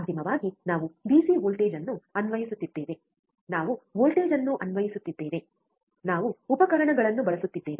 ಅಂತಿಮವಾಗಿ ನಾವು DC voltage ಅನ್ನು ಅನ್ವಯಿಸುತ್ತಿದ್ದೇವೆ ನಾವು ವೋಲ್ಟೇಜ್ ಅನ್ನು ಅನ್ವಯಿಸುತ್ತಿದ್ದೇವೆ ನಾವು ಉಪಕರಣಗಳನ್ನು ಬಳಸುತ್ತಿದ್ದೇವೆ